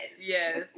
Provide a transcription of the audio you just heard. Yes